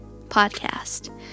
Podcast